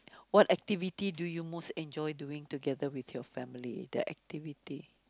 what activity do you most enjoy doing together with your family the activity